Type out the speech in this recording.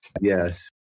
Yes